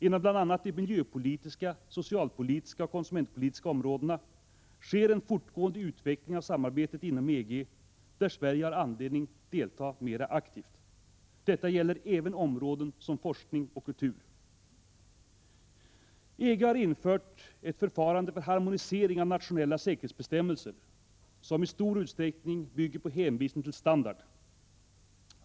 Inom bl.a. de miljöpolitiska, socialpolitiska och konsumentpolitiska områdena sker en fortgående utveckling av samarbetet inom EG där Sverige har anledning delta mera aktivt. Detta gäller även områden som forskning och kultur. EG har infört ett förfarande för harmonisering av nationella säkerhetsbestämmelser som i stor utsträckning bygger på hänvisning till standard.